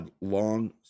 long